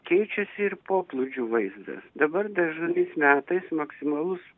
keičiasi ir poplūdžių vaizdas dabar dažnais metais maksimalus